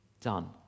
done